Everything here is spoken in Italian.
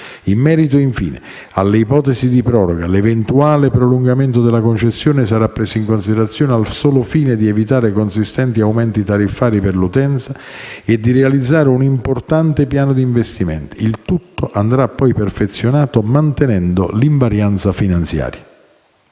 In merito, infine, alle ipotesi di proroga, l'eventuale prolungamento della concessione sarà preso in considerazione al solo fine di evitare consistenti aumenti tariffari per l'utenza e di realizzare un importante piano di investimenti. Il tutto andrà poi perfezionato mantenendo l'invarianza finanziaria.